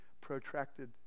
protracted